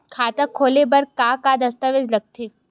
खाता खोले बर का का दस्तावेज लगथे?